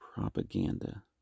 propaganda